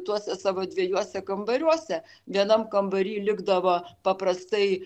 tuose savo dviejuose kambariuose vienam kambary likdavo paprastai